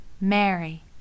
Mary